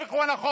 ההפך הוא הנכון.